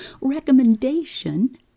recommendation